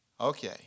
Okay